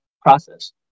process